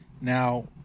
Now